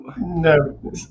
No